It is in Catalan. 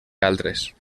altres